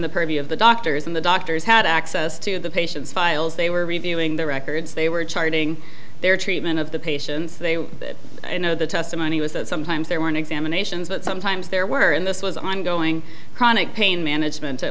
the purview of the doctors and the doctors had access to the patients files they were reviewing the records they were charting their treatment of the patients they were you know the testimony was that sometimes there weren't examinations but sometimes there were and this was ongoing chronic pain management